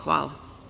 Hvala.